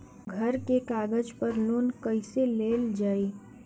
घर के कागज पर लोन कईसे लेल जाई?